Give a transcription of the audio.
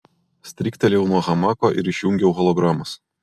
stryktelėjau nuo hamako ir išjungiau hologramas